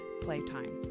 playtime